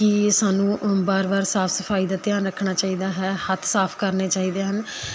ਕਿ ਸਾਨੂੰ ਵਾਰ ਵਾਰ ਸਾਫ਼ ਸਫਾਈ ਦਾ ਧਿਆਨ ਰੱਖਣਾ ਚਾਹੀਦਾ ਹੈ ਹੱਥ ਸਾਫ਼ ਕਰਨੇ ਚਾਹੀਦੇ ਹਨ